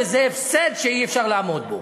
וזה הפסד שאי-אפשר לעמוד בו.